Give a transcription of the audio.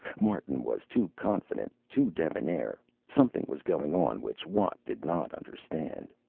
martin was too confident, too debonaire. something was going on which watt did not understand.